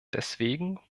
deswegen